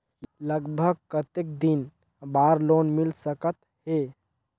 लगभग कतेक दिन बार लोन मिल सकत हे?